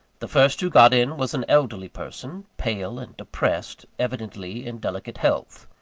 the first who got in was an elderly person pale and depressed evidently in delicate health.